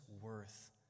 worth